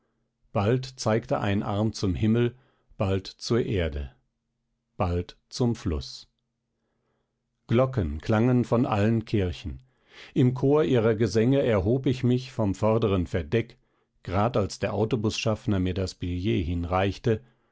bald zeigte ein arm zum himmel bald zur erde bald zum fluß glocken klangen von allen kirchen im chor ihrer gesänge erhob ich mich vom oberen verdeck grad als der autobusschaffner mir das billet hinreichte